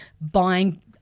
buying